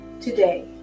today